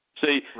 See